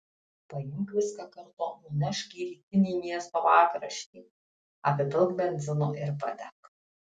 paimk viską kartu nunešk į rytinį miesto pakraštį apipilk benzinu ir padek